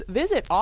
visit